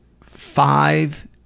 five